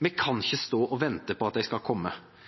Vi kan ikke